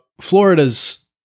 florida's